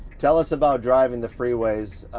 tell us about driving the freeways,